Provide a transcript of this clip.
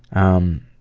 um,